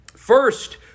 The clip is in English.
First